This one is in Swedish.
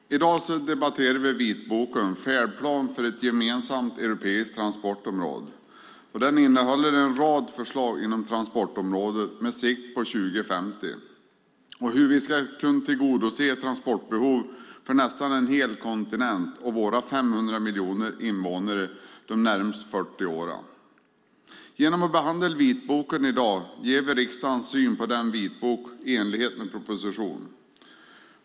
Herr talman! I dag debatterar vi vitboken Färdplan för ett gemensamt europeiskt transportområde . Den innehåller en rad förslag inom transportområdet med sikte på 2050 och hur vi ska kunna tillgodose transportbehoven för nästan en hel kontinent och våra 500 miljoner invånare de närmaste 40 åren. Genom att behandla vitboken i dag ger vi riksdagens syn på denna vitbok i enlighet med propositionen.